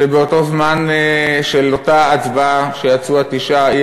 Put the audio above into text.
שבאותו זמן של אותה הצבעה שיצאו התשעה היא